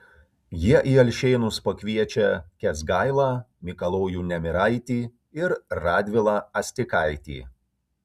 jie į alšėnus pakviečia kęsgailą mikalojų nemiraitį ir radvilą astikaitį